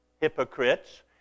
hypocrites